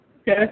Okay